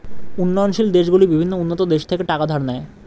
উন্নয়নশীল দেশগুলি বিভিন্ন উন্নত দেশ থেকে টাকা ধার নেয়